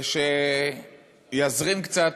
שיזרים קצת